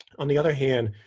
on the other hand,